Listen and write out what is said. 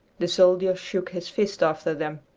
the soldier shook his fist after them.